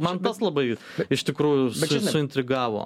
man tas labai iš tikrųjų suintrigavo